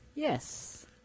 yes